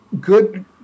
good